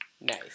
Nice